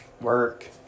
Work